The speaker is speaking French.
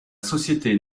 société